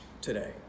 today